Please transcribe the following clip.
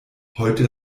heute